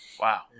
Wow